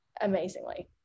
amazingly